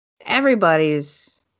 Everybody's